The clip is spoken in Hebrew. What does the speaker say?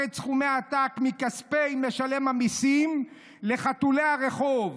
סכומי עתק מכספי משלם המיסים לחתולי הרחוב,